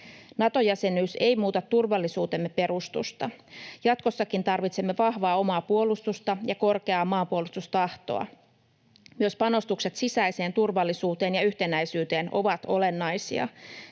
Nato-jäsenyys ei muuta turvallisuutemme perustusta. Jatkossakin tarvitsemme vahvaa omaa puolustusta ja korkeaa maanpuolustustahtoa. Myös panostukset sisäiseen turvallisuuteen ja yhtenäisyyteen ovat olennaisia,